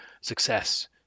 success